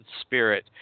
spirit